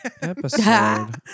Episode